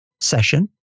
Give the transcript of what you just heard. session